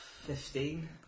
Fifteen